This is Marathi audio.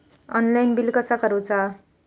ऑनलाइन बिल कसा करुचा?